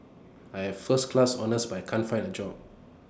I have first class honours but I can't find A job